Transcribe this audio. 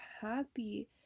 happy